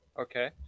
Okay